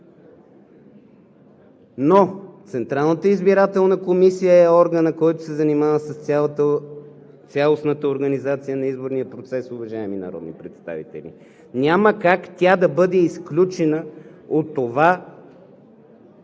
но Централната избирателна комисия е органът, който се занимава с цялостната организация на изборния процес, уважаеми народни представители. Няма как тя да бъде изключена от това